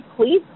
Please